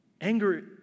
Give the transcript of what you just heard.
Anger